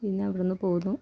പിന്നെ അവിടെ നിന്നു പോന്നു